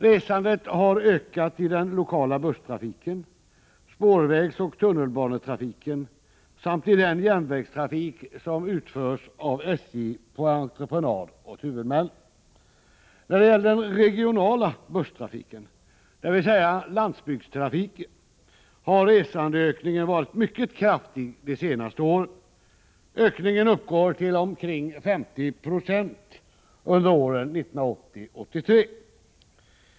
Resandet har ökat i den lokala busstrafiken, spårvägsoch tunnelbanetrafiken samt i den järnvägstrafik som utförs av SJ på entreprenad av huvudmännen. När det gäller den regionala busstrafiken, dvs. landsbygdstrafiken, har resandeökningen varit mycket kraftig de senaste åren. Ökningen uppgår till omkring 50 26 under åren 1980-1983.